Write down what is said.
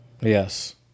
yes